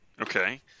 Okay